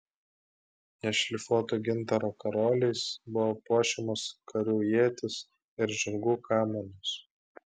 nešlifuoto gintaro karoliais buvo puošiamos karių ietys ir žirgų kamanos